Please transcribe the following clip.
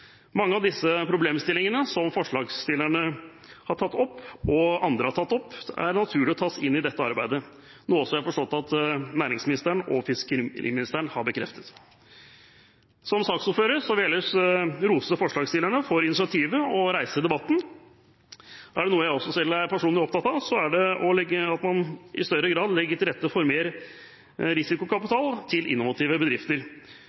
Mange av de problemstillinger som forslagsstillerne har tatt opp, og som andre har tatt opp, er det naturlig å ta inn i dette arbeidet, noe jeg har forstått at næringsministeren og fiskeriministeren har bekreftet. Som saksordfører vil jeg ellers rose forslagsstillerne for initiativet til å reise debatten. Er det noe jeg personlig også er opptatt av, er det at man i større grad legger til rette for mer risikokapital til innovative bedrifter,